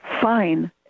fine